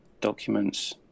documents